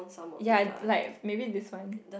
ya like maybe this one